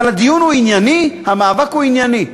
אבל הדיון הוא ענייני, המאבק הוא ענייני.